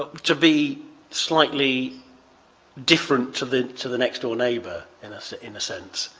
but to be slightly different to the to the next-door neighbor, in so in a sense.